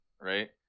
right